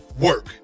work